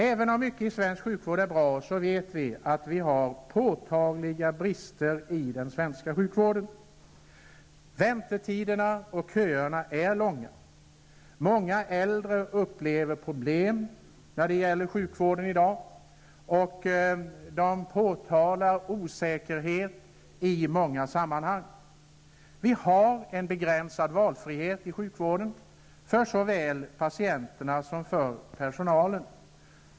Även om mycket i svensk sjukvård är bra finns det påtagliga brister. Väntetiderna och köerna är långa. Många äldre upplever problem i dagens sjukvård. De känner sig osäkra i många sammanhang. Valfriheten i sjukvården är begränsad såväl för patienterna som för personalen.